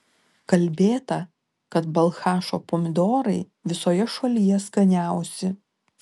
kalbėta kad balchašo pomidorai visoje šalyje skaniausi